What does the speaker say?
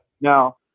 now